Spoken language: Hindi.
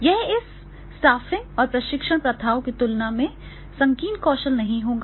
यह इस स्टाफिंग और प्रशिक्षण प्रथाओं की तुलना में संकीर्ण कौशल नहीं होगा